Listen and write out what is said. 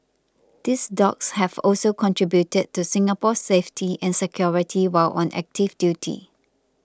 these dogs have also contributed to Singapore's safety and security while on active duty